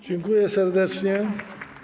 Dziękuję serdecznie.